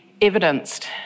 evidenced